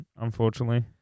unfortunately